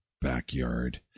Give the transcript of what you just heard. backyard